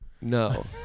No